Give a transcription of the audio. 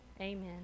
Amen